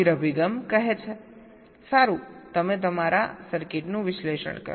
સ્થિર અભિગમ કહે છે સારું તમે તમારા સર્કિટનું વિશ્લેષણ કરો